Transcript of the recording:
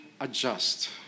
adjust